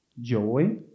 joy